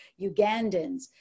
Ugandans